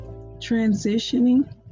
transitioning